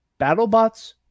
BattleBots